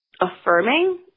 affirming